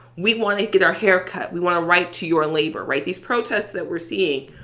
we want to get our hair cut. we want a right to your labor, right? these protests that we're seeing,